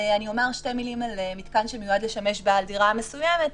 אומר שתי מילים על מתקן שמיועד לשמש בעל דירה מסוימת.